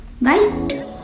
Bye